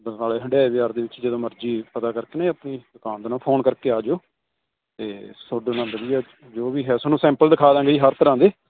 ਬਰਨਾਲੇ ਹੰਡਿਆਏ ਬਜ਼ਾਰ ਦੇ ਵਿੱਚ ਜਦੋਂ ਮਰਜ਼ੀ ਪਤਾ ਕਰਕੇ ਨਾ ਆਪਣੀ ਦੁਕਾਨ ਦੇ ਨਾਲ ਫੋਨ ਕਰਕੇ ਆ ਜਿਓ ਅਤੇ ਤੁਹਾਡੇ ਨਾਲ ਵਧੀਆ ਜੋ ਵੀ ਹੈ ਤੁਹਾਨੂੰ ਸੈਂਪਲ ਦਿਖਾ ਦਾਂਗੇ ਹਰ ਤਰ੍ਹਾਂ ਦੇ